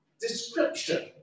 description